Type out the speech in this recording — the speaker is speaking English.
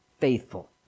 faithful